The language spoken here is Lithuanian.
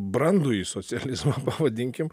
brandųjį socializmą pavadinkim